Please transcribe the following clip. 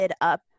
up